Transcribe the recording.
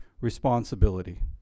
responsibility